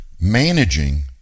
Managing